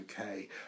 okay